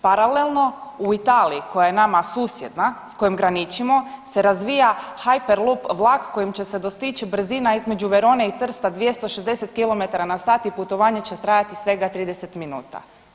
Paralelno u Italiji koja je nama susjedna s kojom graničimo se razvija Hyperloop vlak kojim će se dostići brzina između Verone i Trsta 260 km na sat i putovanje će trajati svega 30 minuta.